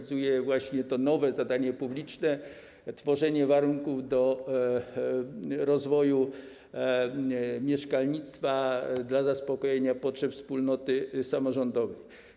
Chodzi właśnie o to nowe zadanie publiczne, tworzenie warunków do rozwoju mieszkalnictwa dla zaspokojenia potrzeb wspólnoty samorządowej.